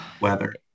weather